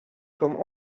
comme